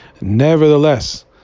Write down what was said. Nevertheless